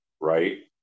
Right